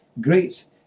great